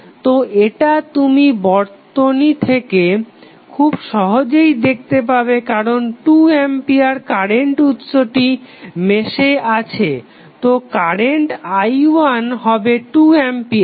তো এটা তুমি বর্তনী থেকে খুব সহজেই দেখতে পাবে কারণ 2 অ্যাম্পিয়ার কারেন্ট উৎসটি মেশে আছে তো কারেন্ট i1 হবে 2 অ্যাম্পিয়ার